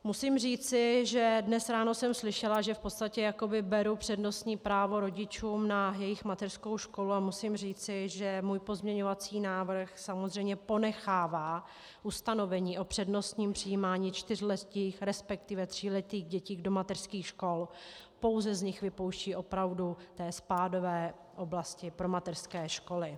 Musím říci, že dnes ráno jsem slyšela, že v podstatě jakoby beru přednostní právo rodičům na jejich mateřskou školu, a musím říci, že můj pozměňovací návrh samozřejmě ponechává ustanovení o přednostním přijímání čtyřletých, resp. tříletých dětí do mateřských škol, pouze z nich vypouští opravdu ty spádové oblasti pro mateřské školy.